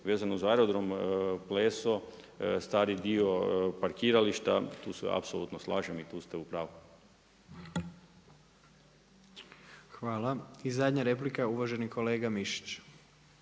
vezano uz aerodrom Pleso, stari dio parkirališta, tu se apsolutno slažem i tu ste u pravu. **Jandroković, Gordan (HDZ)** Hvala. I zadnja replika je uvaženi kolega Mišić.